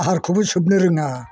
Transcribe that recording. आहारखौबो सोबनो रोङा